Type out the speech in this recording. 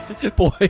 Boy